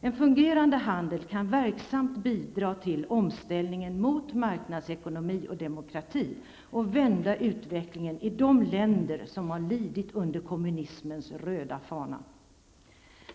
En fungerande handel kan verksamt bidra till omställningen mot marknadsekonomi och demokrati och vända utvecklingen i de länder som lidit under kommunismens röda fana.